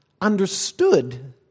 understood